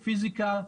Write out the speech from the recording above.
פיסיקה,